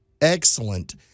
excellent